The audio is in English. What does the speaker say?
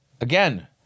Again